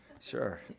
Sure